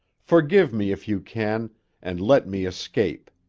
forgive me if you can and let me escape.